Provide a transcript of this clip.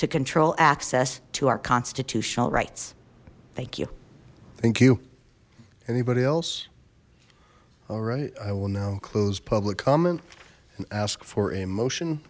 to control access to our constitutional rights thank you thank you anybody else all right i will now close public comment and ask for a motion